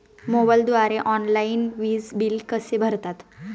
मोबाईलद्वारे ऑनलाईन वीज बिल कसे भरतात?